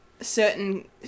certain